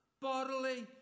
bodily